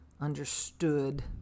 Understood